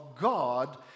God